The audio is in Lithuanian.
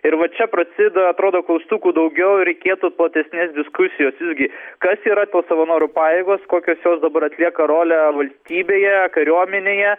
ir va čia prasideda atrodo klaustukų daugiau reikėtų platesnės diskusijos irgi kas yra tos savanorių pajėgos kokios jos dabar atlieka rolę valstybėje kariuomenėje